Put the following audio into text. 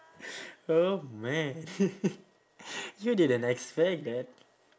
oh man you didn't expect that